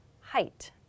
height